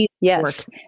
Yes